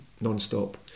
non-stop